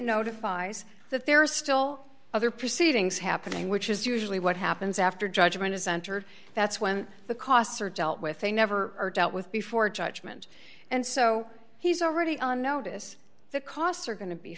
notifies that there are still other proceedings happening which is usually what happens after judgment is entered that's when the costs are dealt with they never are dealt with before judgment and so he's already on notice the costs are go